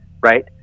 right